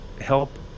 help